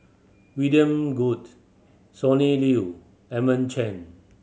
William Goode Sonny Liew Edmund Chen